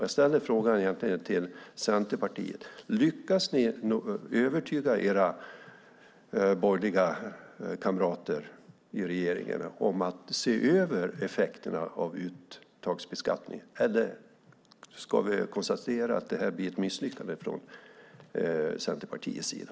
Jag ställer frågan till Centerpartiet: Lyckas ni övertyga era borgerliga kamrater i regeringen om att se över effekterna av uttagsbeskattningen? Eller ska vi konstatera att det här blir ett misslyckande från Centerpartiets sida?